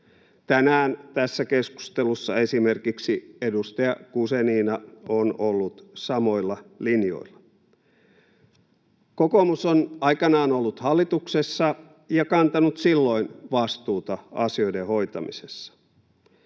Tänään tässä keskustelussa esimerkiksi edustaja Guzenina on ollut samoilla linjoilla. Kokoomus on aikanaan ollut hallituksessa ja kantanut silloin vastuuta asioiden hoitamisessa.